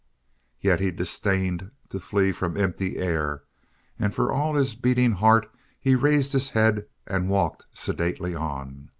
yet he disdained to flee from empty air and for all his beating heart he raised his head and walked sedately on.